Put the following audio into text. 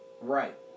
Right